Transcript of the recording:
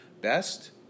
best